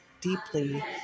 deeply